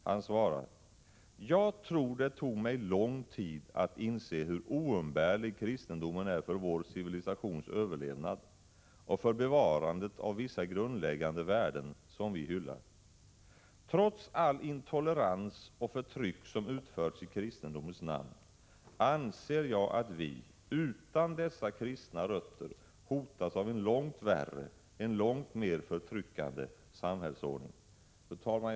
Han svarar: Jag tror det tog mig lång tid att inse hur oumbärlig kristendomen är för vår civilisations överlevnad och för bevarandet av vissa grundläggande värden som vi hyllar. Trots all intolerans och allt förtryck som utförts i kristendomens namn, anser jag att vi, utan dessa kristna rötter, hotas av en långt värre, en långt mer förtryckande samhällsordning. Fru talman!